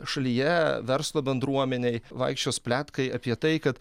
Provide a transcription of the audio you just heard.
šalyje verslo bendruomenei vaikščios pletkai apie tai kad